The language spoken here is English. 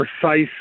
precise